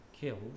killed